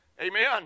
Amen